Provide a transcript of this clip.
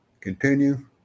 Continue